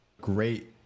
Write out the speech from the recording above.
Great